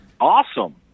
Awesome